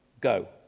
Go